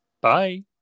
Bye